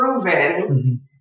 proven